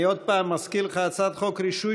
אני עוד פעם מזכיר לך: הצעת חוק רישוי